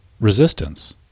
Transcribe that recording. resistance